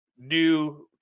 new